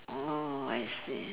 oh I see